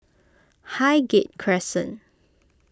Highgate Crescent